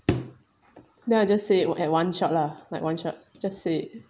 then I just say it at one shot lah at one shot just say it